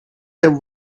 have